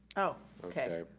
oh, okay.